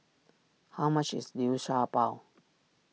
how much is Liu Sha Bao